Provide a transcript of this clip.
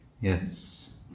Yes